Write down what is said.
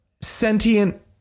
sentient